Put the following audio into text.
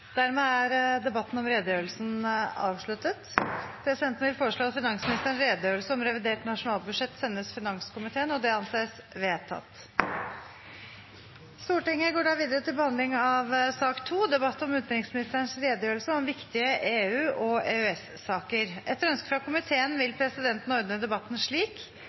Dermed er debatten om redegjørelsen avsluttet. Presidenten vil foreslå at finansministerens redegjørelse om revidert nasjonalbudsjett sendes finanskomiteen – det anses vedtatt.